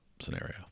scenario